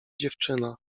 dziewczyna